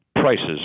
Prices